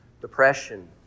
depression